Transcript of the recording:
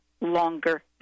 longer